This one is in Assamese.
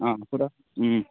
অঁ